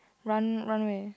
run run where